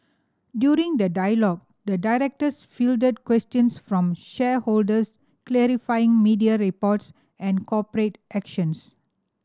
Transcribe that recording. during the dialogue the directors fielded questions from shareholders clarifying media reports and corporate actions